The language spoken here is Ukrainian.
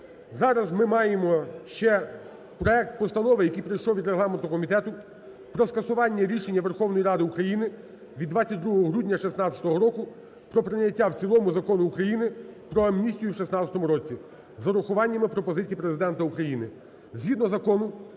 Зараз ми маємо ще проект Постанови, який прийшов від регламентного комітету, про скасування рішення Верховної Ради України від 22 грудня 16 року про прийняття в цілому Закону України "Про амністію у 2016 році", з урахуванням пропозицій Президента України.